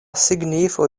signifo